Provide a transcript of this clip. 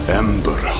ember